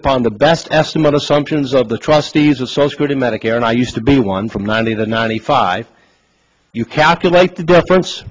upon the best estimate assumptions of the trustees of such good medicare and i used to be one from ninety to ninety five you calculate the difference